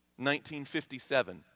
1957